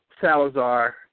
Salazar